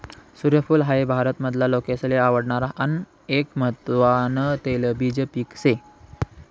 सूर्यफूल हाई भारत मधला लोकेसले आवडणार आन एक महत्वान तेलबिज पिक से